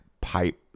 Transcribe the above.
pipe